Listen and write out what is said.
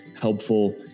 helpful